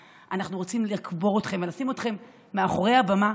אנחנו רוצים לקבור אתכם ולשים אתכם מאחורי הבמה,